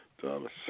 Thomas